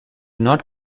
not